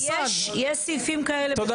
תודה רבה.